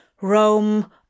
Rome